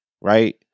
Right